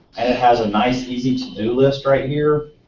and it has a nice easy to-do list right here.